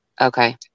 Okay